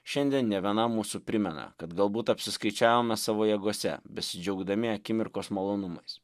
šiandien ne vienam mūsų primena kad galbūt apsiskaičiavome savo jėgose besidžiaugdami akimirkos malonumais